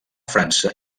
frança